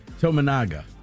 Tominaga